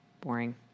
boring